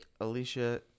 Alicia